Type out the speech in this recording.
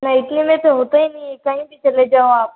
नहीं इतने में तो होता ही नहीं है कहीं भी चले जाओ आप